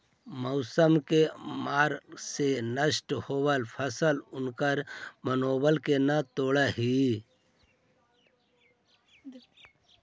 मौसम के मार से नष्ट होयल फसल उनकर मनोबल के न तोड़ हई